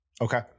Okay